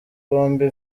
bombi